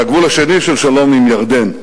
והגבול השני של שלום, עם ירדן.